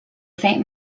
saint